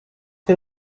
que